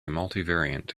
multivariate